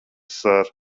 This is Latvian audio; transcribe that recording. ser